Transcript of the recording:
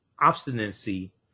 obstinacy